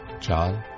John